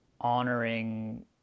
honoring